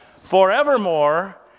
forevermore